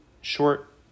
short